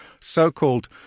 so-called